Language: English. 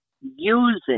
using